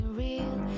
real